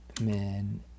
men